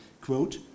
quote